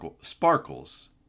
sparkles